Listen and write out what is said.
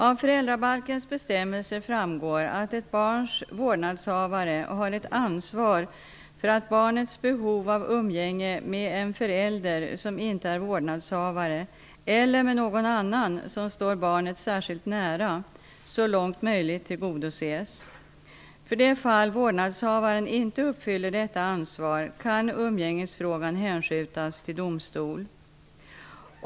Av föräldrabalkens bestämmelser framgår att ett barns vårdnadshavare har ett ansvar för att barnets behov av umgänge med en förälder som inte är vårdnadshavare eller med någon annan som står barnet särskilt nära så långt möjligt tillgodoses. För det fall vårdnadshavaren inte uppfyller detta ansvar kan umgängesfrågan hänskjutas till domstol.